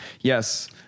Yes